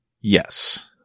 Yes